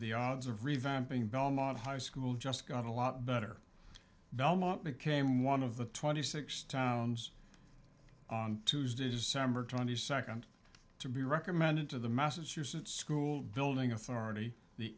the odds of revamping belmont high school just got a lot better belmont became one of the twenty six towns on tuesday december twenty second to be recommended to the massachusetts school building authority the